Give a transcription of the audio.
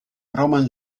roman